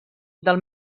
del